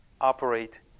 operate